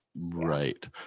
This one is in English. Right